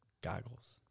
Goggles